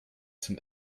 zum